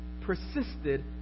persisted